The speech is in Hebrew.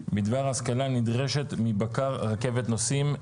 בדבר ההשכלה הנדרשת מבקר רכבת נוסעים.